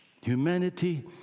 Humanity